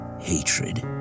hatred